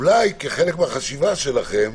אולי כחלק מהחשיבה שלכם